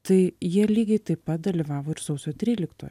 tai jie lygiai taip pat dalyvavo ir sausio tryliktoj